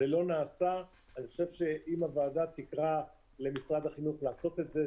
זה לא נעשה ואני חושב שאם הוועדה תקרא למשרד החינוך לעשות את זה,